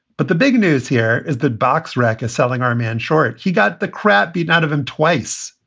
but the big news here is the box rack is selling our man short. he got the crap beaten out of it twice.